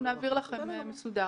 אנחנו נעביר לכם מסודר.